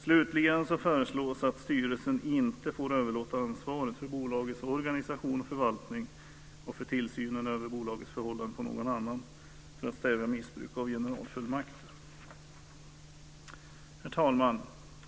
Slutligen föreslås att styrelsen inte får överlåta ansvaret för bolagets organisation och förvaltning och ansvaret för tillsynen över bolagets förhållanden på någon annan för att stävja missbruk av generalfullmakter. Herr talman!